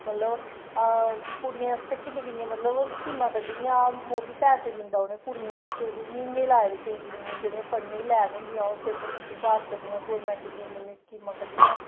मतलब कुड़ियें आस्तै किन्ने किन्ने मतलब स्कीमां कड्ढी दियां मोदी पैसे दिंदा कुड़ियें गी म्हीने लाए दे केईं कुड़ियें जेह्ड़ियां पढ़ने गी लाईक होंदियां पेपर पुपर पास करदियां गौरमैंट नै इन्नियां स्कीमां कड्ढी दियां